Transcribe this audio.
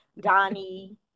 Donnie